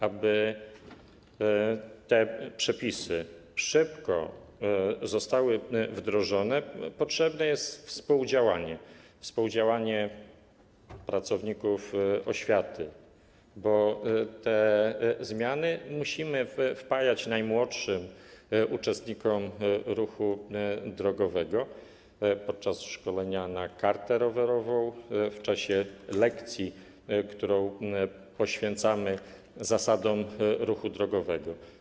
Aby te przepisy szybko zostały wdrożone, potrzebne jest współdziałanie, współdziałanie pracowników oświaty, bo wiedzę o tych zmianach musimy wpajać najmłodszym uczestnikom ruchu drogowego podczas szkolenia na kartę rowerową, w czasie lekcji, które poświęcamy zasadom ruchu drogowego.